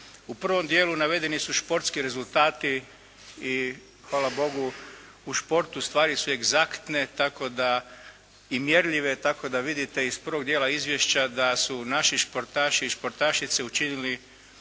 U prvom dijelu navedeni su športski rezultati i hvala Bogu u športu stvari su egzaktne tako da, i mjerljive, tako da vidite iz prvog dijela izvješća da su naši športaši i športašice učinili